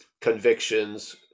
convictions